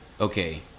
okay